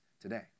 today